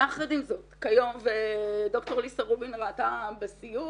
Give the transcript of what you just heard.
יחד עם זאת ודוקטור ליזה רובין ראתה בסיור